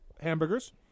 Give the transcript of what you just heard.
hamburgers